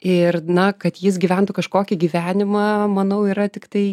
ir na kad jis gyventų kažkokį gyvenimą manau yra tiktai